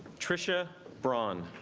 tricia braun